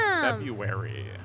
February